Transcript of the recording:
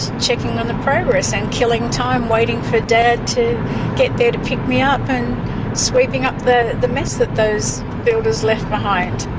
checking on the progress and killing time waiting for dad to get there to pick me up and sweeping up the the mess that those builders left behind.